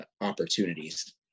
opportunities